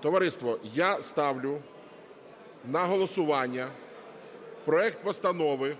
Товариство, я ставлю на голосування проект Постанови